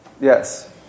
Yes